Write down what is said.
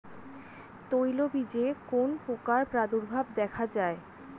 তৈলবীজে কোন পোকার প্রাদুর্ভাব দেখা যায়?